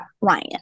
ryan